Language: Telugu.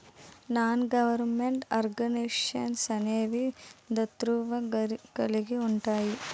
నాన్ గవర్నమెంట్ ఆర్గనైజేషన్స్ అనేవి దాతృత్వం కలిగి ఉంటాయి